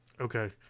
okay